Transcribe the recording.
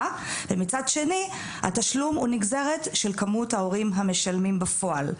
ומצד שני התשלום הוא נגזרת של כמות ההורים המשלמים בפועל.